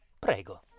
prego